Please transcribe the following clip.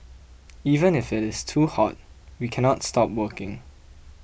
even if it is too hot we cannot stop working